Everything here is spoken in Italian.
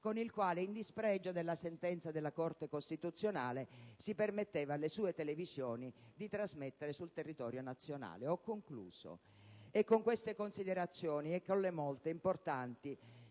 con il quale, in dispregio della sentenza della Corte costituzionale, si permetteva alle sue televisioni di trasmettere sul territorio nazionale. È con queste considerazioni e con le molte, importanti,